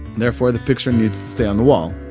therefore, the picture needs to stay on the wall.